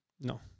No